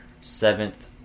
Seventh